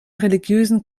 religiösen